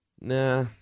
Nah